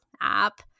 app